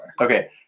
Okay